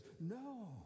no